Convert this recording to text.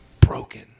broken